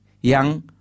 yang